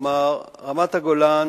כלומר, רמת-הגולן